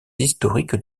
historique